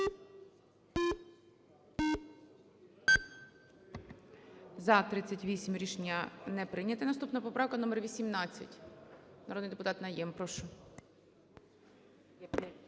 За-38 Рішення не прийнято. Наступна - поправка номер 18. Народний депутат Найєм, прошу.